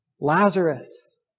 Lazarus